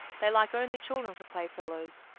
they like only children for playfellows.